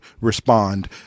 respond